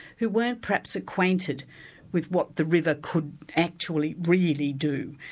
who weren't perhaps acquainted with what the river could actually really do.